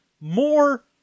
more